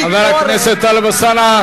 חבר הכנסת טלב אלסאנע,